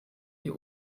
die